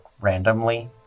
randomly